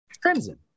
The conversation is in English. Crimson